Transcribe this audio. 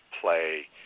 play